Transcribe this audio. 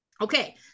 Okay